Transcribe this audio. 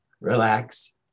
relax